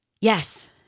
Yes